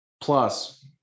Plus